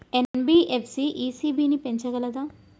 NBFC ECB ని పెంచగలదా?